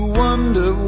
wonder